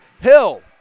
Hill